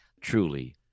Truly